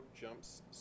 jumps